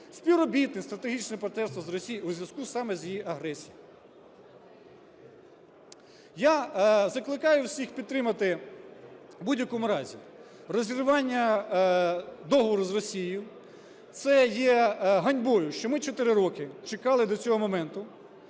співробітництво, стратегічне партнерство з Росією у зв'язку саме з її агресією. Я закликаю всіх підтримати в будь-якому разі розірвання договору з Росією. Це є ганьбою, що ми 4 роки чекали до цього моменту.